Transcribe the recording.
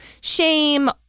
shame